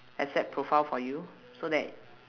asset profile for you so that